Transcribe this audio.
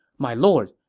my lord,